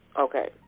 okay